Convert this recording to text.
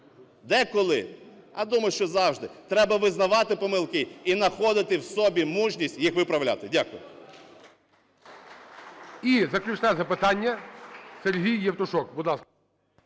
Деколи, а думаю, що завжди, треба визнавати помилки і знаходити в собі мужність їх виправляти. Дякую.